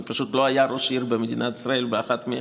כי פשוט לא היה ראש עיר במדינת ישראל באחת מן